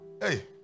Hey